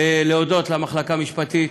ולהודות למחלקה המשפטית,